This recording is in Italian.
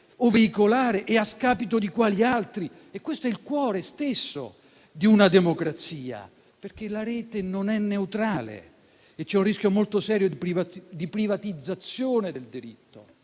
o veicolare e a scapito di quali altri. Questo è il cuore stesso di una democrazia, perché la rete non è neutrale e c'è un rischio molto serio di privatizzazione del diritto.